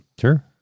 Sure